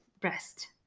breast